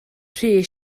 rhy